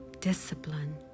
discipline